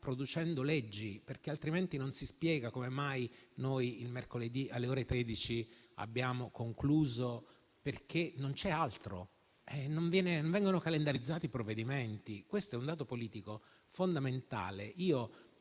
producendo leggi, altrimenti non si spiega come mai noi, il mercoledì, alle ore 13, abbiamo concluso i lavori, perché non c'è altro. Non vengono calendarizzati provvedimenti: questo è un dato politico fondamentale.